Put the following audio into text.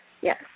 Yes